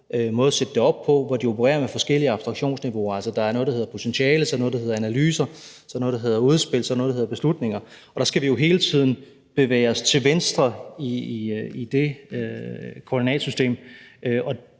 måde at sætte det op på, hvor de opererer med forskellige abstraktionsniveauer. Altså, der er noget, der hedder potentiale, så er der noget, der hedder analyser, så er der noget, der hedder udspil, og så er der noget, der hedder beslutninger. Og der skal vi jo hele tiden bevæge os til venstre i det koordinatsystem.